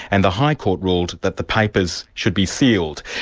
and the high court ruled that the papers should be sealed.